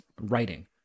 writing